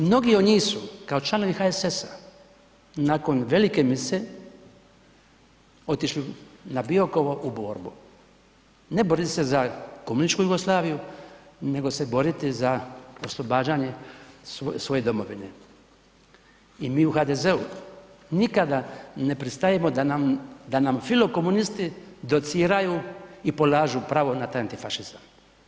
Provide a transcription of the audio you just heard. Mnogi od njih su kao članovi HSS-a nakon velike mise otišli na Biokovo u borbu, ne borit se za komunističku Jugoslaviju, nego se boriti za oslobađanje svoje domovine i mi u HDZ-u nikada ne pristajemo da nam, da nam filo komunisti dociraju i polažu pravo na taj antifašizam.